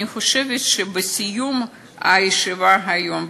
אני חושבת שבסיום הישיבה היום,